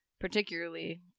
particularly